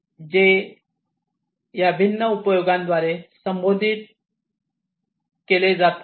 जे या भिन्न उद्योगांद्वारे संबोधित केले जात आहेत